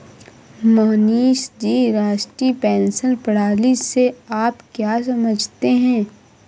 मोहनीश जी, राष्ट्रीय पेंशन प्रणाली से आप क्या समझते है?